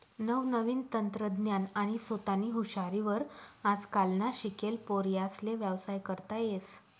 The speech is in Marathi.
नवनवीन तंत्रज्ञान आणि सोतानी हुशारी वर आजकालना शिकेल पोर्यास्ले व्यवसाय करता येस